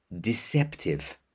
deceptive